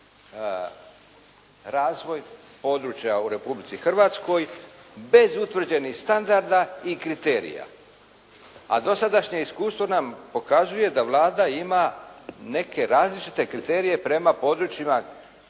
razvoj područja u Republici Hrvatskoj bez utvrđenih standarda i kriterija. A dosadašnje iskustvo nam pokazuje da Vlada ima neke različite kriterije prema područjima